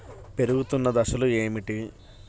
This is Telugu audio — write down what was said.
పెరుగుతున్న దశలు ఏమిటి?